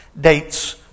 dates